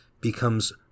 becomes